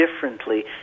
differently